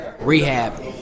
Rehab